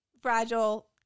fragile